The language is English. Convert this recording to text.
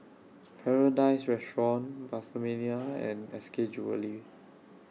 Paradise Restaurant PastaMania and S K Jewellery